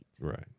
Right